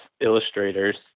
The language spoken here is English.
illustrators